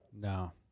No